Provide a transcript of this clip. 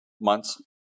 months